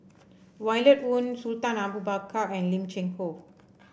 Violet Oon Sultan Abu Bakar and Lim Cheng Hoe